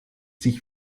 sich